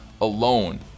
alone